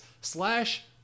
slash